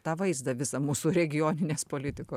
tą vaizdą visą mūsų regioninės politikos